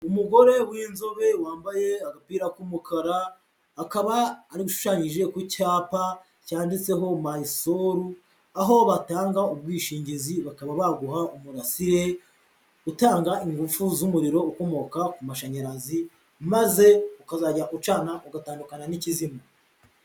Umugore w'inzobe wambaye agapira k'umukara, akaba ari gufashanyije ku cyapa cyanditseho MySol, aho batanga ubwishingizi bakaba baguha umurasire utanga ingufu z'umuriro ukomoka ku mashanyarazi, maze ukazajya ucana ugatandukana n'ikizima.